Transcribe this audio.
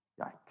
yikes